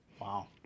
Wow